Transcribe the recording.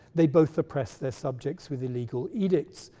they both suppress their subjects with illegal edicts,